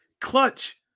Clutch